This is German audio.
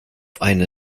einer